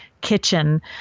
kitchen